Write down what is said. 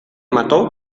mató